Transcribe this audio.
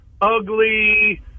ugly